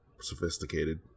sophisticated